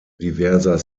diverser